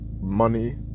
money